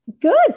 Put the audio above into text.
Good